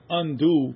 undo